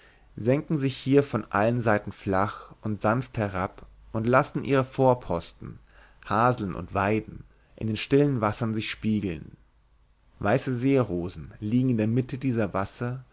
senken sich hier von allen seiten flach und sanft herab und lassen ihre vorposten haseln und weiden in den stillen wassern sich spiegeln weiße seerosen liegen in der mitte dieser wasser